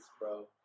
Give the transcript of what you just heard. bro